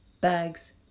Bags